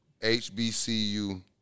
HBCU